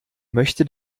möchte